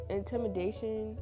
intimidation